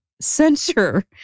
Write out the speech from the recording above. censure